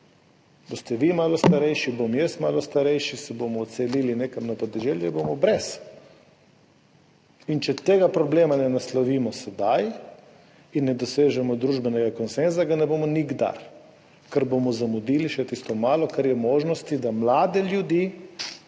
boste vi malo starejši, bom jaz malo starejši, se bomo odselili nekam na podeželje, bomo brez. In če tega problema ne naslovimo sedaj in ne dosežemo družbenega konsenza, ga ne bomo nikdar, ker bomo zamudili še tisto malo, kar je možnosti, da mlade ljudi